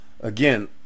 again